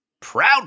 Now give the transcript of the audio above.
Proud